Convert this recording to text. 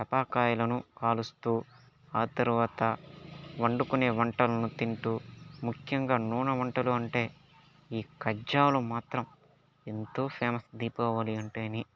టపాకాయలను కాలుస్తూ ఆ తర్వాత వండుకునే వంటలను తింటూ ముఖ్యంగా నూనె వంటలు అంటే ఈ కజ్జాలు మాత్రం ఎంతో ఫేమస్ దీపావళి అంటేనే